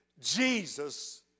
Jesus